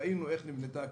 ראינו איך נבנתה הכנסת.